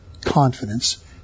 confidence